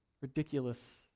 ridiculous